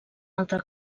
altra